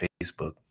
Facebook